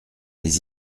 les